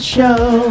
Show